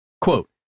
Quote